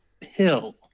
hill